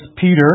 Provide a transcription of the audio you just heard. Peter